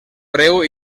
preu